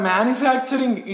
Manufacturing